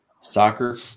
soccer